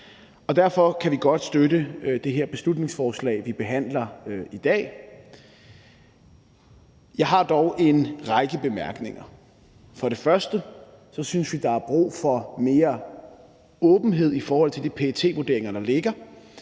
Derfor kan vi godt støtte det her beslutningsforslag, vi behandler i dag. Jeg har dog en række bemærkninger. For det første synes vi, at der er brug for mere åbenhed i forhold til de PET-vurderinger, der ligger,